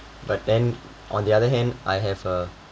but then on the other hand I have a